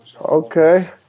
Okay